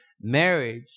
marriage